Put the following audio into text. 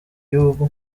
y’ubu